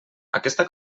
aquesta